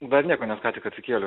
dar nieko nes ką tik atsikėliau